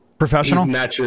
Professional